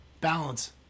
Balance